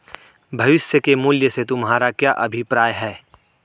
भविष्य के मूल्य से तुम्हारा क्या अभिप्राय है?